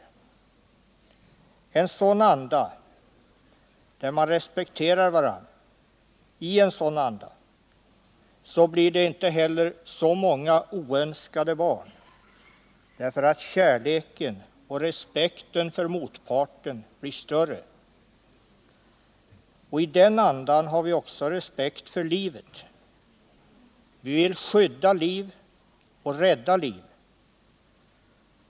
I en sådan anda, där man respekterar varandra, blir det inte heller så många oönskade barn därför att kärleken och respekten för motparten är större. I den andan har vi också respekt för livet. Vi vill skydda liv och rädda liv.